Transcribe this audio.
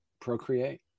procreate